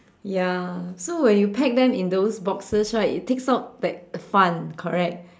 ya so when you pack them in those boxes right it takes out that fun correct